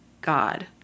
God